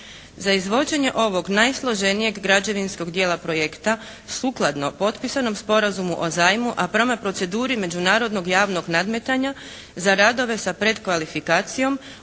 Za izvođenje ovog najsloženijeg građevinskog dijela projekta sukladno potpisanom sporazumu o zajmu, a prema proceduri međunarodnog javnog nadmetanja za radove sa pretkvalifikacijom